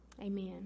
Amen